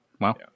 Wow